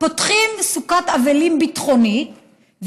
פותחים סוכת אבלים ביטחונית,